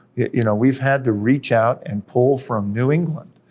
you know, we've had to reach out and pull from new england,